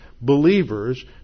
believers